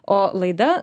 o laida